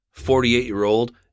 48-year-old